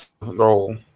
role